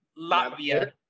Latvia